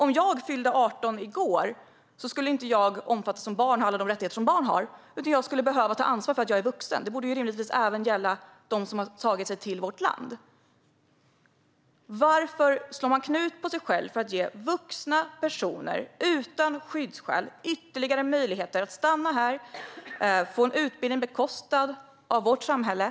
Om jag fyllde 18 i går skulle jag inte omfattas av alla de rättigheter som barn har utan skulle behöva ta ansvar för att jag är vuxen. Det borde rimligtvis gälla även de som har tagit sig till vårt land. Varför slår man knut på sig själv för att ge vuxna personer utan skyddsskäl ytterligare möjligheter att stanna här, få bekostad utbildning av vårt samhälle?